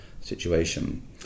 situation